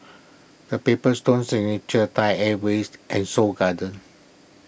the Paper Stone Signature Thai Airways and Seoul Garden